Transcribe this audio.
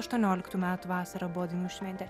aštuonioliktų metų vasarą buvo dainų šventė